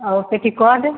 और पेटीकोट